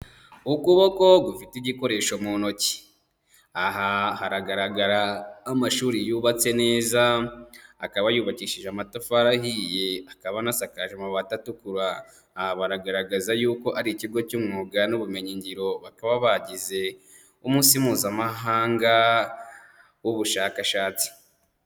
Ukuboko gufite igikoresho mu ntoki. Aha haragaragara amashuri yubatse neza, akaba yubakishije amatafari ahiye akaba anasakaje amabata atukura, aha baragaragaza yuko ari ikigo cy'umwuga n'ubumenyingiro bakaba bagize umunsi Mpuzamahanga w'ubushakashatsi.